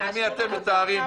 לפני מי אתם מטהרין?